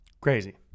Crazy